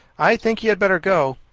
i think he had better go.